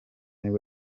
nibwo